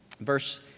Verse